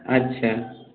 আচ্ছা